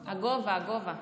לפני הבחירות האלה,